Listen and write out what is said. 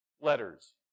letters